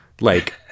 Like-